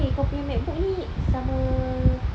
anyway kau punya MacBook ni sama